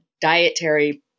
dietary